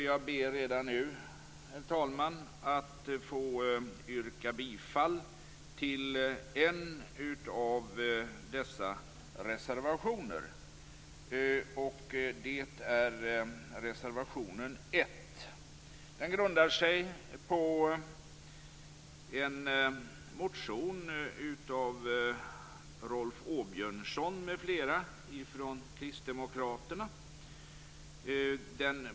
Jag ber redan nu, herr talman, att få yrka bifall till en av dessa reservationer. Det är reservation 1. Den grundar sig på en motion av Rolf Åbjörnsson m.fl. från Kristdemokraterna.